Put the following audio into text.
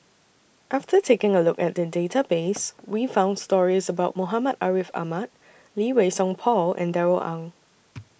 after taking A Look At The Database We found stories about Muhammad Ariff Ahmad Lee Wei Song Paul and Darrell Ang